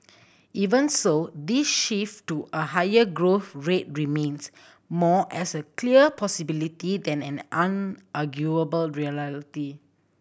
even so this shift to a higher growth rate remains more as a clear possibility than an unarguable reality